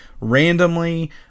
randomly